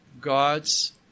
God's